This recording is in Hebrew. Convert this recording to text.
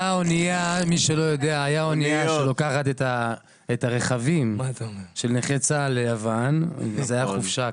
הייתה אוניה שלוקחת את הרכבים של נכי צה"ל ליוון וזו הייתה חופשה.